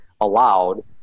allowed